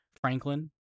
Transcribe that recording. Franklin